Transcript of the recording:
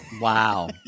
Wow